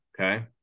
Okay